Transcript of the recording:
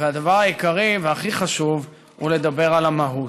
והדבר העיקרי והכי חשוב הוא לדבר על המהות.